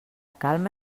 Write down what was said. calma